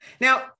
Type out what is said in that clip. Now